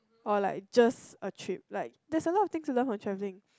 or like just a trip like there's a lot of things to learn from travelling